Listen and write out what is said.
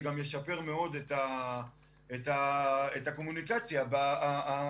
זה גם ישפר מאוד את הקומוניקציה הסלולרית